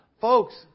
Folks